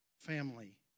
family